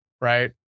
right